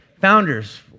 founders